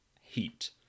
heat